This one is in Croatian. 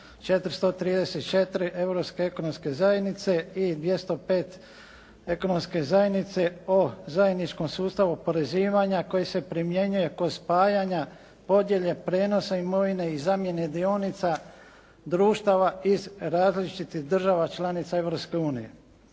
zajednice o zajedničkom sustavu oporezivanja koji se primjenjuje kod spajanja, podjele, prijenosa imovine i zamjene dionica društava iz različitih država članica